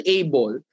able